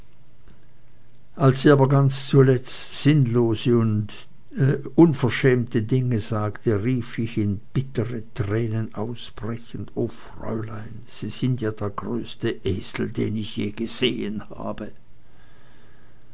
als sie aber zuletzt ganz sinnlose und unverschämte dinge sagte rief ich in bittere tränen ausbrechend o fräulein sie sind ja der größte esel den ich je gesehen habe